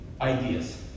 ideas